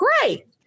great